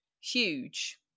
huge